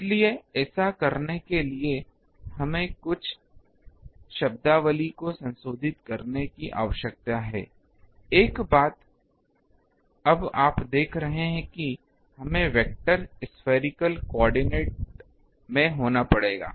इसलिए ऐसा करने के लिए हमें अपनी कुछ शब्दावली को संशोधित करने की आवश्यकता है एक बात अब आप देख रहे हैं कि हमें वेक्टर स्फेरिकल कोआर्डिनेट में होना पड़ेगा